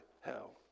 hell